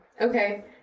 Okay